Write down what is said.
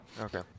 Okay